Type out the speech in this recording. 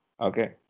okay